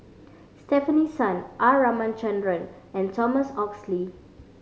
Stefanie Sun R Ramachandran and Thomas Oxley